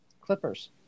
Clippers